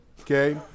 okay